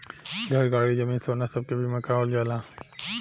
घर, गाड़ी, जमीन, सोना सब के बीमा करावल जाला